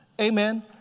Amen